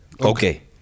Okay